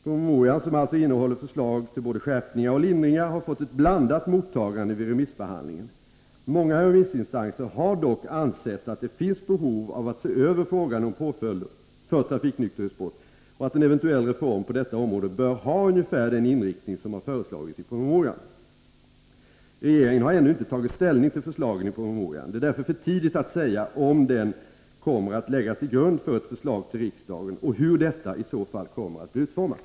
Promemorian, som alltså innehåller förslag till både skärpningar och lindringar, har fått ett blandat mottagande vid remissbehandlingen. Många remissinstanser har dock ansett att det finns behov av att se över frågan om påföljder för trafiknykterhetsbrott och att en eventuell reform på detta område bör ha ungefär den inriktning som har föreslagits i promemorian. Regeringen har ännu inte tagit ställning till förslagen i promemorian. Det är därför för tidigt att säga om promemorian kommer att läggas till grund för ett förslag till riksdagen och hur detta i så fall kommer att bli utformat.